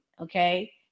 okay